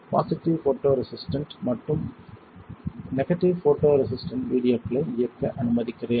positive photo resistant மற்றும் negative photo resistant வீடியோக்களை இயக்க அனுமதிக்கிறேன்